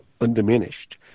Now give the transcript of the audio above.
undiminished